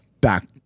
back